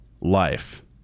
life